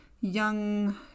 young